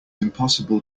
impolite